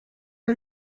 are